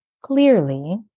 clearly